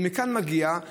מכאן מגיעה השאלה: